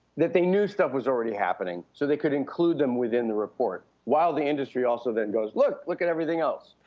that they knew stuff was already happening so they could include them within the report while the industry also then goes look, look at everything else.